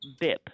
BIP